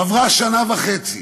עברה שנה וחצי